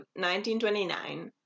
1929